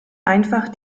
einfach